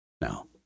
Now